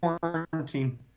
Quarantine